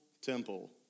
temple